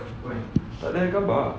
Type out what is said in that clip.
why